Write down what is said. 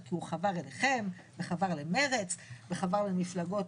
כי הוא חבר אליכם וחבר למרצ וחבר למפלגות